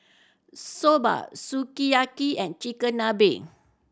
Soba Sukiyaki and Chigenabe